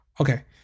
Okay